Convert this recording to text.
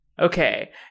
Okay